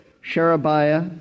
Sherebiah